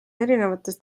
erinevates